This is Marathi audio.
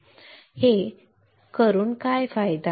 हे बरोबर करून काय फायदा